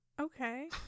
Okay